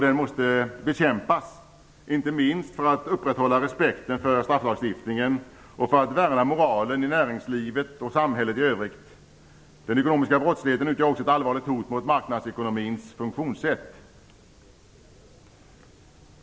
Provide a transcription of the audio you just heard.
Den måste bekämpas, inte minst för att upprätthålla respekten för strafflagstiftningen och för att värna moralen i näringslivet och samhället i övrigt. Den ekonomiska brottsligheten utgör också ett allvarligt hot mot marknadsekonomins funktionssätt.